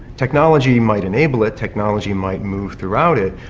technology might enable it, technology might move throughout it,